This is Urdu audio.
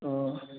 تو